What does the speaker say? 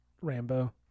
Rambo